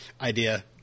idea